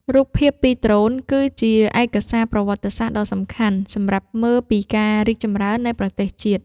រូបភាពពីដ្រូនគឺជាឯកសារប្រវត្តិសាស្ត្រដ៏សំខាន់សម្រាប់មើលពីការរីកចម្រើននៃប្រទេសជាតិ។